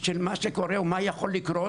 של מה שקורה, או מה יכול לקרות